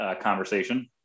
conversation